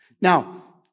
Now